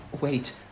Wait